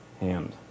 hand